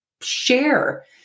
share